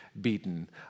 beaten